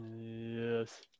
yes